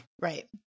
Right